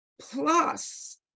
plus